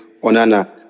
Onana